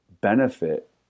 benefit